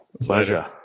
Pleasure